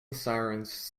sirens